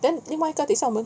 then 另外一个等一下我们